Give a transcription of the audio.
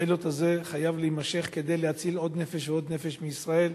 הפיילוט הזה חייב להימשך כדי להציל עוד נפש ועוד נפש מישראל,